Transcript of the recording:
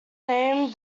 named